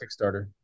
Kickstarter